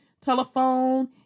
telephone